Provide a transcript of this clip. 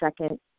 second